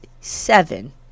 seven